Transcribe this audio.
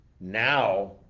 Now